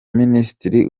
minisitiri